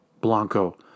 blanco